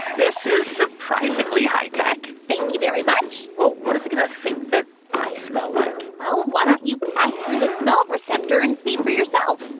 this is surprisingly high-tech thank you very much well, what is it going to think that i smell like? well, why don't you pass through the smell receptor and see for yourself?